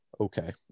okay